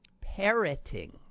Parroting